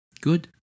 Good